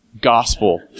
gospel